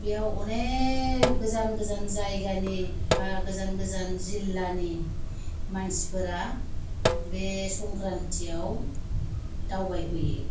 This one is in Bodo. बेव अनेग गोजान गोजान जायगानि बा गोजान गोजान जिल्लानि मानसिफोरा बे संख्रान्थिआव दावबाय फैयो